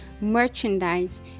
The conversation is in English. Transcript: merchandise